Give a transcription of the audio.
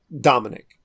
Dominic